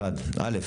א',